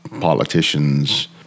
politicians